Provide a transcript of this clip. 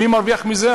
מי מרוויח מזה?